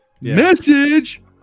message